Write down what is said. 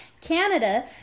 Canada